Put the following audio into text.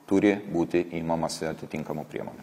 turi būti imamasi atitinkamų priemonių